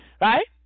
right